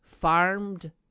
Farmed